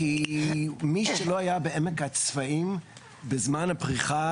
כי מי שלא היה בעמק הצבאים בזמן הפריחה,